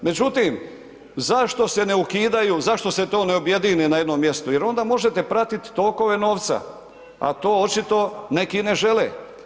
Međutim, zašto se ne ukidaju, zašto se to ne objedini na jednom mjestu jer onda možete pratiti tokove novca, a to očito neki ne žele.